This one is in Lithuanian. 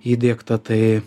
įdiegta tai